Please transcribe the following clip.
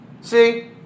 See